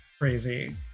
crazy